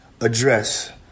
Address